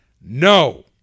No